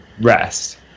rest